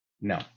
No